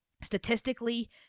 statistically